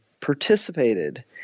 participated